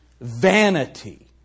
vanity